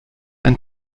ein